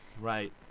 Right